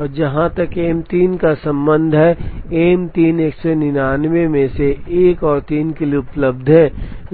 और जहां तक एम 3 का संबंध है एम 3 199 से 1 और 3 के लिए उपलब्ध है